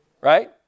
Right